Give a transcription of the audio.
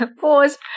pause